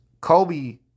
Kobe